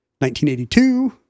1982